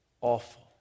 Awful